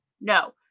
no